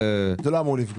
זה לא אמור לפגוע.